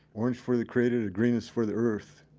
orange for the creator, the green is for the earth,